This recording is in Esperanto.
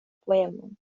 poemon